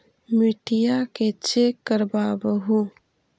मिट्टीया के चेक करबाबहू?